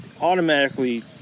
automatically